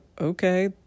Okay